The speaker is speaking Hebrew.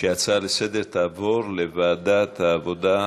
שההצעה לסדר-היום תעבור לוועדת העבודה,